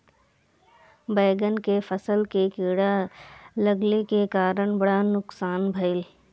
बैंगन के फसल में कीड़ा लगले के कारण बड़ा नुकसान भइल